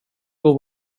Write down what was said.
går